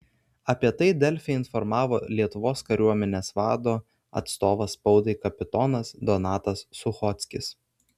apie tai delfi informavo lietuvos kariuomenės vado atstovas spaudai kapitonas donatas suchockis